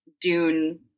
Dune